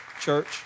Church